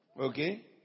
Okay